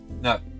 no